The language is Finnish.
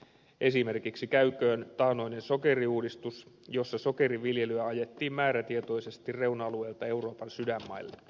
esimerkiksi käyköön taannoinen sokeriuudistus jossa sokeriviljelyä ajettiin määrätietoisesti reuna alueelta euroopan sydänmaille